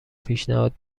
پیشنهاد